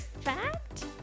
fact